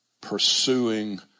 pursuing